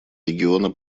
региона